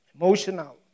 emotional